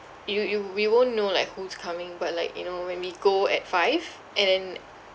you you we won't know like who's coming but like you know when we go at five and then